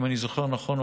אם אני זוכר נכון,